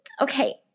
Okay